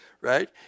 right